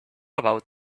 about